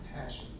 passions